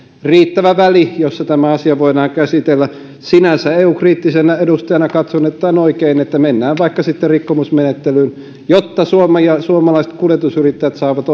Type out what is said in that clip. riittävä väli jossa tämä asia voidaan käsitellä sinänsä eu kriittisenä edustajana katson että on oikein että mennään vaikka sitten rikkomusmenettelyyn jotta suomi ja suomalaiset kuljetusyrittäjät saavat